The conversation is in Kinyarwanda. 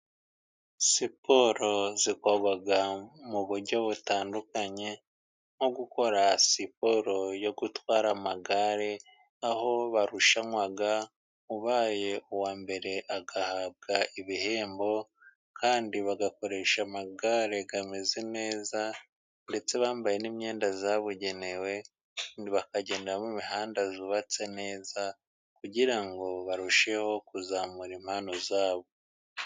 Siporo zakorwa mu buryo butandukanye, nko gukora siporo yo gutwara amagare, aho barushanwa ubaye uwa mbere agahabwa ibihembo, kandi bagakoresha amagare ameze neza, ndetse bambaye n'imyenda yabugenewe, bakagenda mu mihanda yubatse neza, kugira ngo barusheho kuzamura impano zabo.